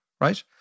right